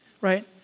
right